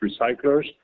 recyclers